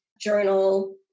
journal